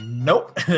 Nope